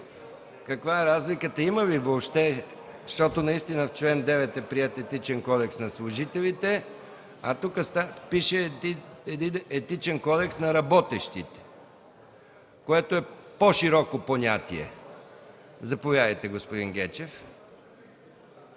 каква е разликата, има ли въобще? Наистина в чл. 9 е приет Етичен кодекс на служителите, а тук пише „Етичен кодекс на работещите”, което е по-широко понятие. Заповядайте, господин Гечев.